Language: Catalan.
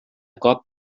cop